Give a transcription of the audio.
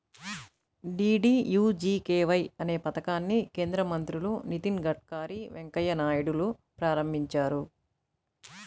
DDUGKY అనే పథకాన్ని కేంద్ర మంత్రులు నితిన్ గడ్కరీ, వెంకయ్య నాయుడులు ప్రారంభించారు